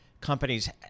companies